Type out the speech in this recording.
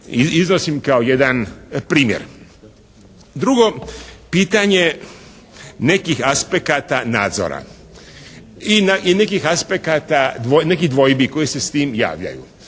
iznosim kao jedan primjer. Drugo, pitanje nekih aspekata nadzora i nekih dvojbi koje se s time javljaju.